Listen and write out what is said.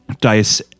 DICE